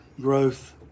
growth